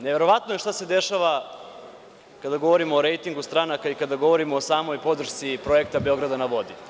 Neverovatno je šta se dešava kada govorimo o rejtingu stranaka i kada govorimo o samoj podršci projekta „Beograd na vodi“